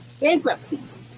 bankruptcies